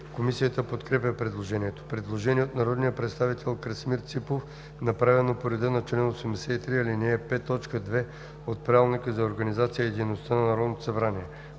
Комисията подкрепя предложението. Предложение на народния представител Маноил Манев, направено по реда на чл. 83, ал. 5, т. 2 от Правилника за организацията и дейността на Народното събрание.